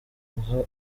uha